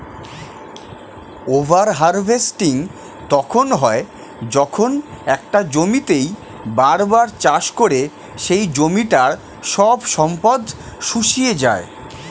over harvesting তখন হয় যখন একটা জমিতেই বার বার চাষ করে সেই জমিটার সব সম্পদ শুষিয়ে যায়